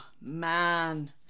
man